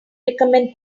recommend